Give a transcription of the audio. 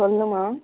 சொல்லுமா